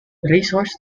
racehorse